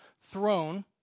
throne